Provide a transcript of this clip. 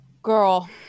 girl